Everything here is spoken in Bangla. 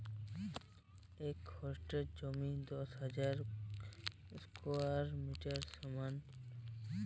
এক হেক্টর জমি দশ হাজার স্কোয়ার মিটারের সমান